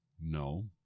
No